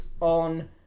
on